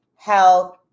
Health